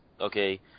Okay